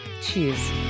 cheers